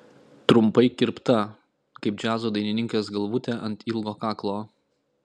trumpai kirpta kaip džiazo dainininkės galvutė ant ilgo kaklo